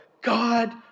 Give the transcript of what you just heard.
God